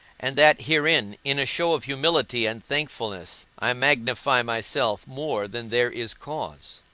and that herein, in a show of humility and thankfulness, i magnify myself more than there is cause?